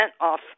off